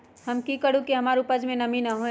हम की करू की हमार उपज में नमी होए?